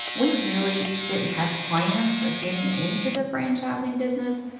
we really didn't have plans of getting into the franchising business,